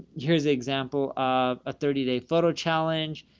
here's the example of a thirty day photo challenge.